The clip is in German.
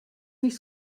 nicht